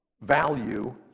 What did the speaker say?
value